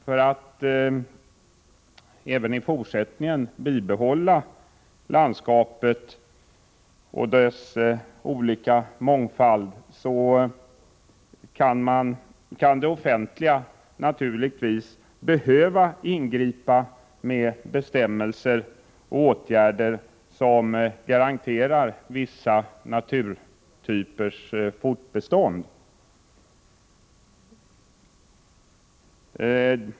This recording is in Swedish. För att vi även i fortsättningen skall kunna bibehålla landskapet med dess mångfald kan det offentliga naturligtvis behöva ingripa med bestämmelser och åtgärder som garanterar vissa naturtypers fortbestånd.